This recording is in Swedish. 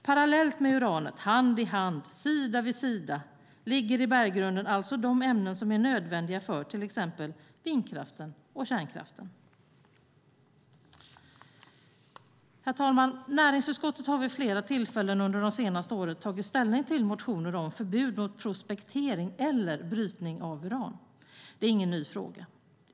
Parallellt med uranet, hand i hand, sida vid sida, ligger i berggrunden alltså de ämnen som är nödvändiga för till exempel vindkraften och kärnkraften. Herr talman! Näringsutskottet har vid flera tillfällen under de senaste åren tagit ställning till motioner om förbud mot prospektering eller brytning av uran. Det är ingen ny fråga.